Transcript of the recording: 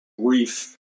brief